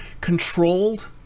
controlled